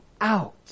out